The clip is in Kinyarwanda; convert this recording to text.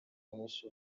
mwinshi